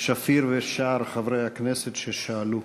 שפיר ושאר חברי הכנסת ששאלו